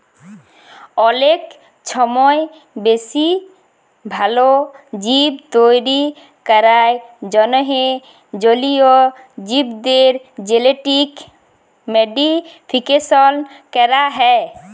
অলেক ছময় বেশি ভাল জীব তৈরি ক্যরার জ্যনহে জলীয় জীবদের জেলেটিক মডিফিকেশল ক্যরা হ্যয়